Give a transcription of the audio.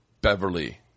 Beverly